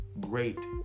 great